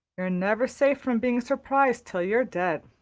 you're never safe from being surprised till you're dead.